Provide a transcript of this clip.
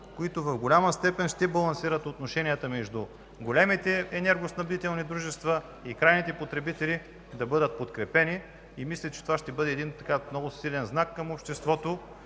които в голяма степен ще балансират отношенията между големите енергоснабдителни дружества и крайните потребители, да бъдат подкрепени. Мисля, че това ще бъде един много силен знак към обществото